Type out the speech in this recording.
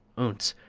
oons!